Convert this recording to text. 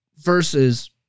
versus